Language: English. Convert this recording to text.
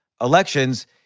elections